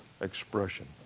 expression